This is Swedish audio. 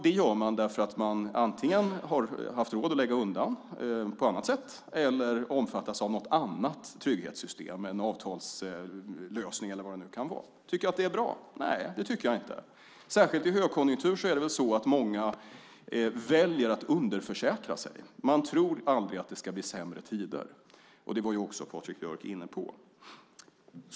Det beror på att man antingen har haft råd att lägga undan på annat sätt eller omfattas av något annat trygghetssystem, en avtalslösning eller vad det nu kan vara. Tycker jag att det är bra? Nej, det tycker jag inte. Särskilt i en högkonjunktur är det nog många som väljer att underförsäkra sig. Man tror aldrig att det ska bli sämre tider, och det var Patrik Björck också inne på.